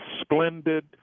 splendid